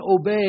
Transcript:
obey